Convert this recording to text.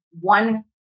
one